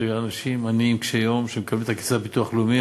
שאנשים עניים קשי-יום שמקבלים את הכסף מהביטוח הלאומי,